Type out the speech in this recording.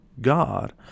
god